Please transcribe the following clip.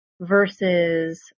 versus